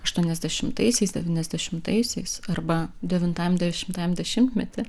aštuoniasdešimtaisiais devyniasdešimtaisiais arba devintajam dešimtajam dešimtmety